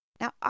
Now